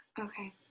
Okay